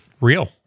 Real